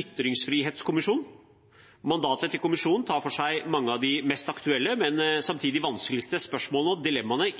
ytringsfrihetskommisjon. Mandatet til kommisjonen tar for seg mange av de mest aktuelle, men samtidig vanskeligste, spørsmålene